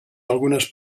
algunes